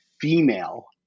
female